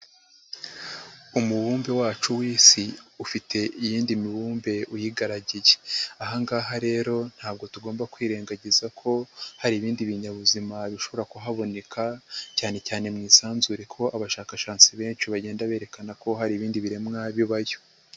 Umubumbe wacu w'isi ufite iyindi mibumbe uyigaragiye. Aha ngaha rero ntabwo tugomba kwirengagiza ko hari ibindi binyabuzima bishobora kuhaboneka cyane cyane mu isanzure kuko abashakashatsi benshi bagenda berekana ko hari ibindi biremwa bibayo.